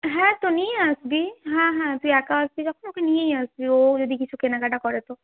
হ্যাঁ তো নিয়ে আসবি হ্যাঁ হ্যাঁ তুই একা আসবি যখন ওকে নিয়েই আসবি ও যদি কিছু কেনাকাটা করে তো